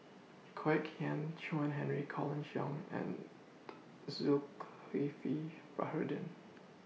Kwek Hian Chuan Henry Colin Cheong and Zulkifli Baharudin